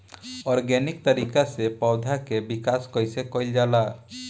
Organic तरीका से पौधा क विकास कइसे कईल जाला?